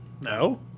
No